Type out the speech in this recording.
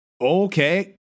okay